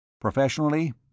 Professionally